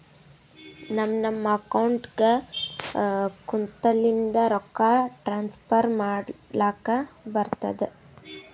ನಮ್ ನಮ್ ಅಕೌಂಟ್ಗ ಕುಂತ್ತಲಿಂದೆ ರೊಕ್ಕಾ ಟ್ರಾನ್ಸ್ಫರ್ ಮಾಡ್ಲಕ್ ಬರ್ತುದ್